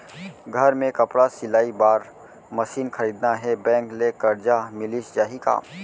घर मे कपड़ा सिलाई बार मशीन खरीदना हे बैंक ले करजा मिलिस जाही का?